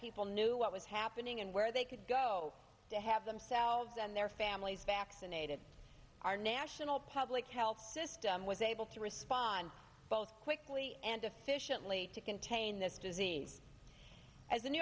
people knew what was happening and where they could go to have themselves and their families vaccinated our national public health system was able to respond both quickly and efficiently to contain this disease as a new